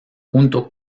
junto